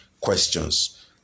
questions